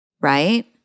right